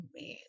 man